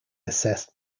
assessed